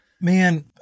Man